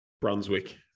Brunswick